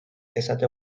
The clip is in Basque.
esate